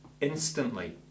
instantly